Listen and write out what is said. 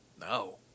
No